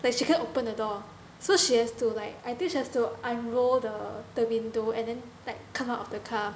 like she cannot open the door so she has to like I think she has to unroll the the window and then like come out of the car